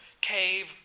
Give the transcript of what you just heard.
cave